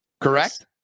correct